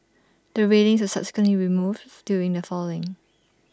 the railings subsequently removed doing the following